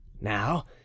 now